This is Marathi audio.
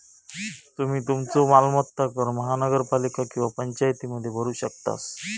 तुम्ही तुमचो मालमत्ता कर महानगरपालिका किंवा पंचायतीमध्ये भरू शकतास